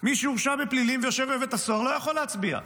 מי שהורשע בפלילים ויושב בבית הסוהר לא יכול להצביע,